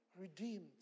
redeemed